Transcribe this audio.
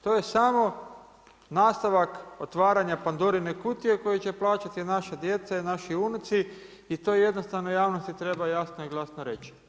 To je samo nastavak otvaranje Pandorine kutije, koje će plaćati naša djeca i naši unuci i to je jednostavno javnosti treba jasno i glasno reći.